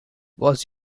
was